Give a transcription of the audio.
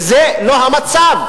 וזה לא המצב.